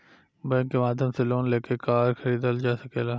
bank के माध्यम से लोन लेके कार खरीदल जा सकेला